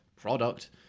product